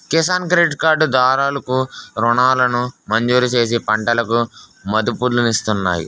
Kisan credit card దారులు కు రుణాలను మంజూరుచేసి పంటలకు మదుపులిస్తున్నాయి